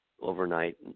overnight